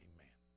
Amen